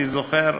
אני זוכר,